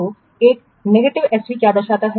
तो एक नकारात्मक SV क्या दर्शाता है